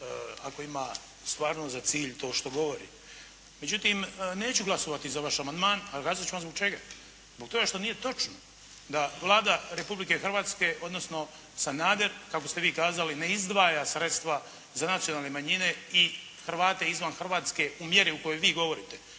ako ima stvarno za cilj to što govori. Međutim, neću glasovati za vaš amandman. Kazat ću vam i zbog čega. Zbog toga što nije točno da Vlada Republike Hrvatske odnosno Sanader kako ste vi kazali ne izdvaja sredstva za nacionalne manjine i Hrvate izvan Hrvatske u mjeri o kojoj vi govorite.